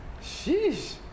Sheesh